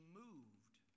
moved